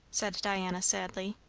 said diana sadly.